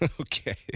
Okay